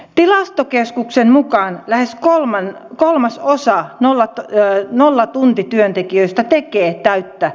tilastokeskuksen mukaan lähes kolmasosa nollatuntityöntekijöistä tekee täyttä viikkotyöaikaa